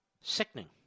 Sickening